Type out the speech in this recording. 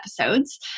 episodes